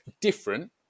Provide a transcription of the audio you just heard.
different